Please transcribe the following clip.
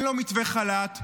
אין לו מתווה חל"ת,